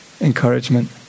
encouragement